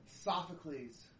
Sophocles